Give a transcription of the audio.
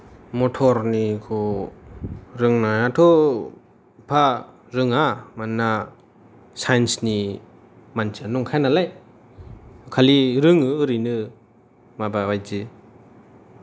मटर निखौ रोंनायाथ' एफा रोङा मानोना साइन्स नि मानसियानो नंखाया नालाय खालि रोङो ओरैनो माबाबादि